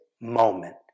moment